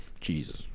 Jesus